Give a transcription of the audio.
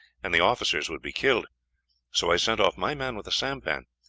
and the officers would be killed so i sent off my man with the sampan.